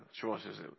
choices